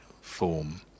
form